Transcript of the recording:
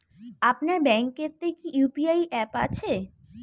আপনার ব্যাঙ্ক এ তে কি ইউ.পি.আই অ্যাপ আছে?